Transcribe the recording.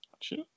Sure